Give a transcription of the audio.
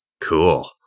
Cool